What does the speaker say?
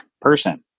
person